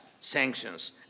sanctions